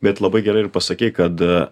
bet labai gerai ir pasakei kad